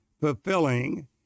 Fulfilling